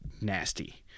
nasty